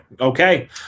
Okay